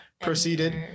proceeded